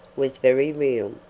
was very real.